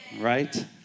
Right